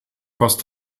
fast